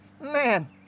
Man